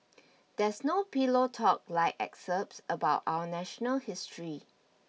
there is no pillow talk like excerpts about our national history